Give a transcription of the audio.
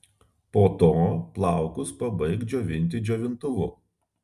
po to plaukus pabaik džiovinti džiovintuvu